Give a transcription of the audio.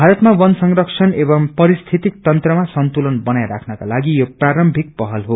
भारतमा वन संरक्षण एवं परिस्थितिक तंत्रमा संतुतन बनाइ राख्नका लागि यो प्रारम्भिक पहल हो